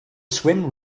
swim